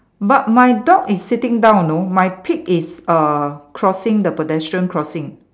but my dog is sitting down you know my pig is uh crossing the pedestrian crossing